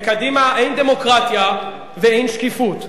בקדימה אין דמוקרטיה ואין שקיפות.